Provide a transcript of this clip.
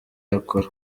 yakora